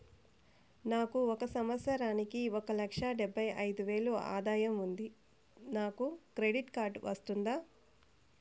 నాకు ఒక సంవత్సరానికి ఒక లక్ష డెబ్బై అయిదు వేలు ఆదాయం ఉంది నాకు క్రెడిట్ కార్డు వస్తుందా?